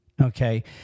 Okay